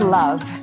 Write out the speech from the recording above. love